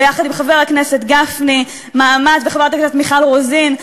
ביחד עם חבר הכנסת גפני וחברת הכנסת מיכל רוזין,